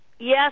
Yes